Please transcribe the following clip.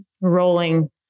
rolling